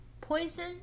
Poison